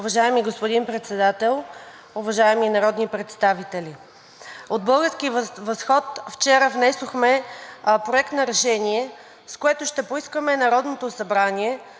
Уважаеми господин Председател, уважаеми народни представители! От „Български възход“ вчера внесохме Проект на решение, с което ще поискаме Народното събрание